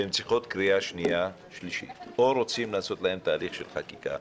והן צריכות קריאה שנייה ושלישית או רוצים לעושת להן תהליך של חקיקה,